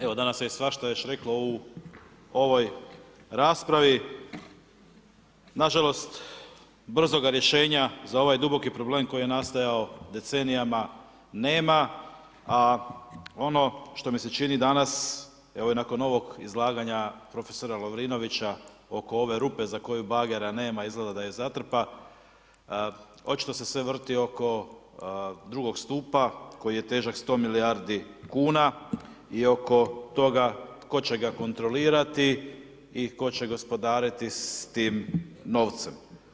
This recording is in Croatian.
Evo, danas se je svašta još reklo u ovoj raspravi, nažalost, brzoga rješenja za ovaj duboki problem koji je nastajao decenijama, nema, a ono što mi se čini danas, evo i nakon ovog izlaganja prof. Lovrinovića oko ove rupe za koju bagera nema, izgleda da je zatrpa, očito se sve vrti oko drugog stupa koji je težak 100 milijardi kuna i oko toga tko će ga kontrolirati i tko će gospodariti s tim novcem.